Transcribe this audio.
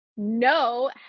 No